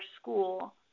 school